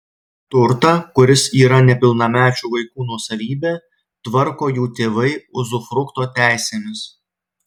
turtą kuris yra nepilnamečių vaikų nuosavybė tvarko jų tėvai uzufrukto teisėmis